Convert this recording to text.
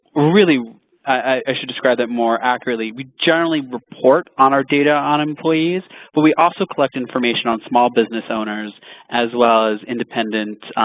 really i should describe that more accurately, we generally report on our data on employees but we also collect information on small business owners as well as independent